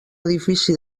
edifici